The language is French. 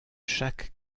chaque